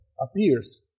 appears